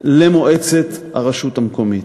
למועצת הרשות המקומית.